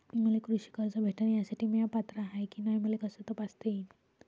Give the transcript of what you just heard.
मले कृषी कर्ज भेटन यासाठी म्या पात्र हाय की नाय मले कस तपासता येईन?